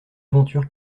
aventure